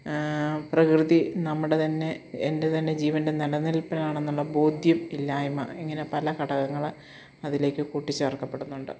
പ്രകൃതി നമ്മുടെ തന്നെ എൻ്റെ തന്നെ ജീവൻ്റെ നിലനിൽപ്പിനാണെന്നുള്ള ബോധ്യം ഇല്ലായ്മ ഇങ്ങനെ പല ഘടകങ്ങൾ അതിലേക്കു കൂട്ടി ചേർക്കപ്പെടുന്നുണ്ട്